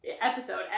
episode